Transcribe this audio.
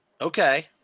Okay